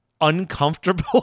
uncomfortable